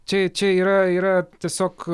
čia čia yra yra tiesiog